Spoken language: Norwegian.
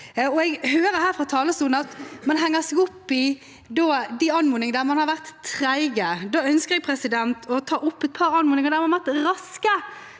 Jeg hører her fra talerstolen at man henger seg opp i de anmodningene der man har vært trege. Da ønsker jeg å ta opp et par anmodninger der man har vært raske,